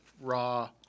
raw